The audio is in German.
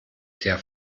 der